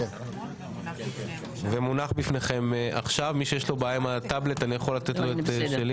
אנחנו ממשיכים בדיון שהתחלנו אתמול.